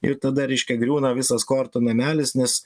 ir tada reiškia griūna visas kortų namelis nes